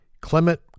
Clement